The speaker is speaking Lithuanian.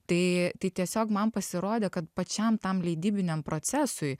tai tai tiesiog man pasirodė kad pačiam tam leidybiniam procesui